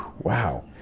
Wow